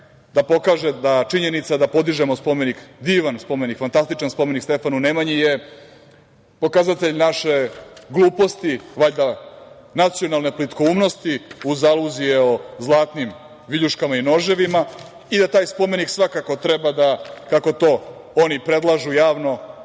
da pokaže da činjenica da podižemo spomenik, divan, fantastičan spomenik Stefanu Nemanji je pokazatelj naše gluposti, valjda nacionalne plitkoumnosti uz aluzije o zlatnim viljuškama i noževima da taj spomenik svakako treba da, kako to oni predlažu javno